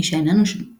האישה אינה נשברת